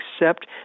accept